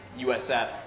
USF